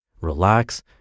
relax